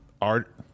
art